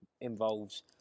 involves